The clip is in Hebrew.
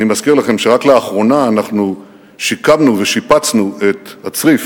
אני מזכיר לכם שרק לאחרונה שיקמנו ושיפצנו את הצריף